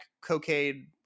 Cocaine